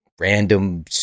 random